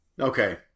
Okay